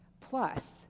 Plus